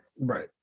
Right